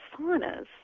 saunas